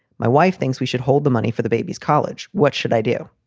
my wife thinks we should hold the money for the baby's college. what should i do?